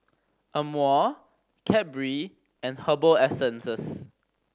Amore Cadbury and Herbal Essences